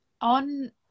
On